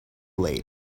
late